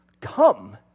come